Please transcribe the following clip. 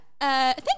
thank